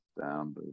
down